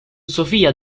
sofia